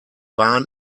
bahn